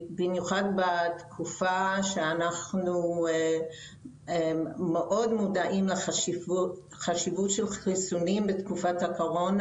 במיוחד בתקופה שאנחנו מאוד מודעים לחשיבות של חיסונים בתקופת הקורונה.